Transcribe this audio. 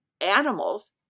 animals